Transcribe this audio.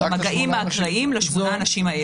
זה משמעותי מאוד.